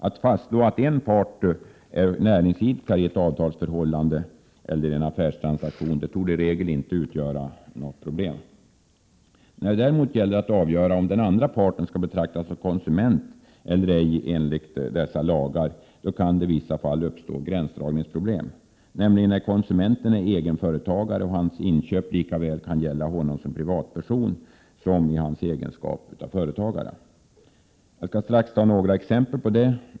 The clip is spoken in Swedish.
Att kunna fastslå att en part är näringsidkare i ett avtalsförhållande eller vid en affärstransaktion utgör i regel inte något problem. När det däremot gäller att avgöra om den andra parten skall betraktas som konsument eller ej enligt dessa lagar kan det i vissa fall uppstå gränsdragningsproblem, nämligen när konsumenten är egenföretagare och hans inköp kan gälla honom likaväl som privatperson som i egenskap av företagare. Jag skall strax ge några exempel i detta sammanhang.